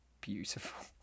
beautiful